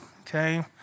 okay